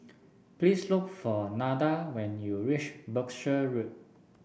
please look for Nada when you reach Berkshire Road